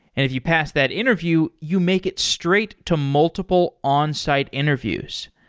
if you pass that interview, you make it straight to multiple onsite interviews.